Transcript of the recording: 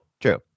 True